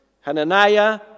Hananiah